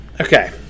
Okay